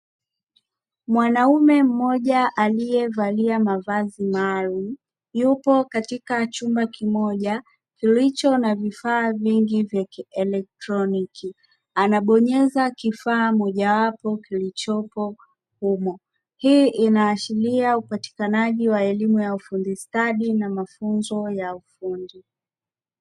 Mwanaume mmoja aliyevalia mavazi maalumu, yupo katika chumba kimoja kilicho na vifaa vingi vya kielektroniki, anabonyeza kifaa moja wapo kilichopo humo; hii inaashiria upatikanaji wa elimu ya ufundi stadi na mafunzo ya ufundi.